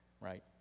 right